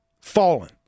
fallen